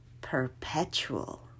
perpetual